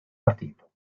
partito